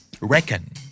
Reckon